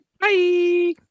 Bye